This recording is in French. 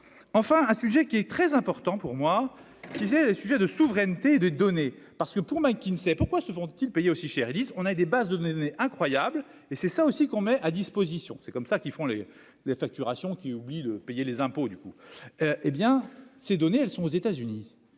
enfin, un sujet qui est très important pour moi qui est un sujet de souveraineté et de donner, parce que pour moi qui ne savais pourquoi se font-ils payer aussi cher, ils disent : on a des bases de données incroyable et c'est ça aussi qu'on met à disposition, c'est comme ça qu'ils font les les facturations qui oublient de payer les impôts du coup, hé bien ces données, elles sont aux États-Unis,